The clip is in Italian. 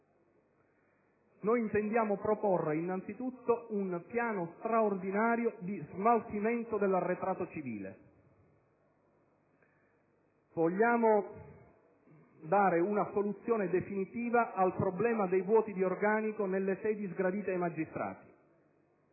Noi intendiamo proporre innanzitutto un piano straordinario di smaltimento dell'arretrato civile; vogliamo dare una soluzione definitiva al problema dei vuoti di organico nelle sedi sgradite ai magistrati;